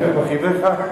בחייך,